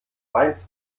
mainz